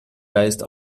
geist